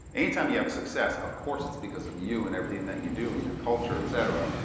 anytime you have a success, of course it's because of you and everything that you do and your culture, etc.